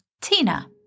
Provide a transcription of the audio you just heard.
tina